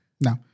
No